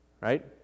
right